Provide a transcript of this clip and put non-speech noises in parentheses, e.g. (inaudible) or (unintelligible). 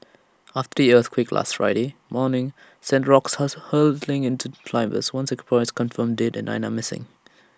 after the earthquake last Friday morning sent rocks (unintelligible) hurtling into climbers one Singaporean is confirmed dead and nine are missing